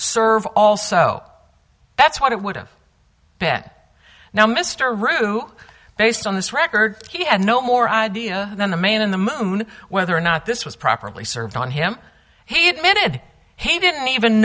server also that's what it would've been now mr rue based on this record he had no more idea than the man in the moon whether or not this was properly served on him he admitted he didn't even